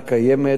נושמת,